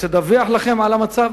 שתדווח לכם על המצב.